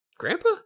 Grandpa